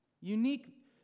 unique